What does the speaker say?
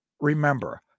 Remember